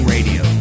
Radio